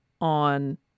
on